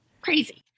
Crazy